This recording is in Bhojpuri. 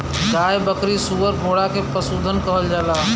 गाय बकरी सूअर घोड़ा के पसुधन कहल जाला